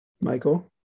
Michael